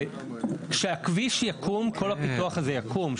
כשהכביש יקום כל הפיתוח הזה יקום,